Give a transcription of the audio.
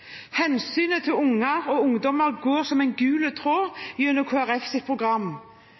Hensynet til unger og ungdommer går som en gul tråd gjennom Kristelig Folkepartis program.